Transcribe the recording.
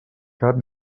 cap